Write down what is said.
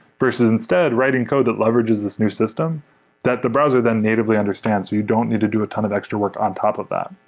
versus instead writing code that leverages this new system that the browser then natively understands. so you don't need to do a ton of extra work on top of that.